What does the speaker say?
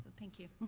thank you.